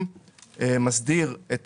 הרבה מאוד מהאנשים שכנראה לא מבקשים